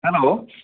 hello